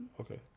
okay